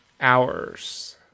hours